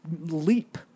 leap